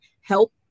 help